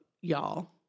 y'all